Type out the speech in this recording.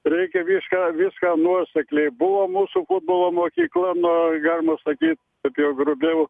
reikia viską viską nuosekliai buvo mūsų futbolo mokykla nuo galima sakyt taip jau grubiau